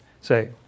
say